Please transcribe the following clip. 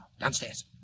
downstairs